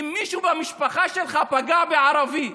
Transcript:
אם מישהו במשפחה שלך פגע בערבי,